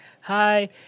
hi